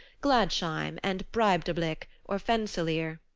gladsheim and breidablik or fensalir.